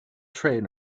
train